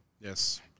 Yes